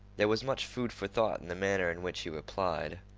there was much food for thought in the manner in which he replied.